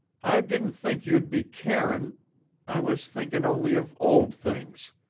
i didn't think you'd be carin' i was thinkin' only of old things.